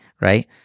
right